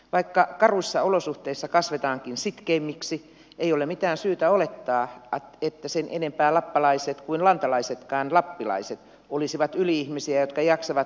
vaikka karuissa olosuhteissa kasvetaankin sitkeimmiksi ei ole mitään syytä olettaa että sen enempää lappalaiset kuin lantalaisetkaan lappilaiset olisivat yli ihmisiä jotka jaksavat mitä vain